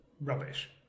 rubbish